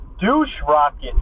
douche-rocket